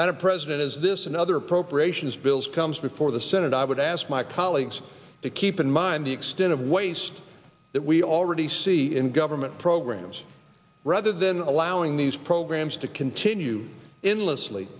a president as this and other procreation is bills comes before the senate i would ask my colleagues to keep in mind the extent of waste that we already see in government programs rather than allowing these programs to continue in les